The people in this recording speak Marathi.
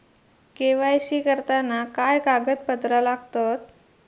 के.वाय.सी करताना काय कागदपत्रा लागतत?